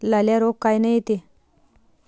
लाल्या रोग कायनं येते?